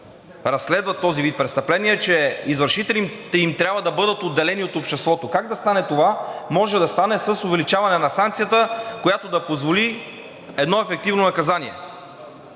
разследват този вид престъпление, че извършителите им трябва да бъдат отделени от обществото. Как да стане това? Може да стане с увеличаване на санкцията, която да позволи едно ефективно наказание.